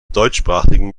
deutschsprachigen